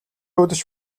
үдэш